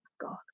God